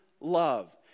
love